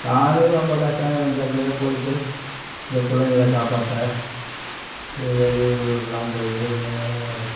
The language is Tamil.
நானும் ரொம்ப கஷ்டம் எங்கே எங்கேயோ போய்ட்டு இந்த பிள்ளைங்கள காப்பாற்ற வெளியூர்களுக்கெல்லாம் போய் வேலை